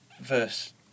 verse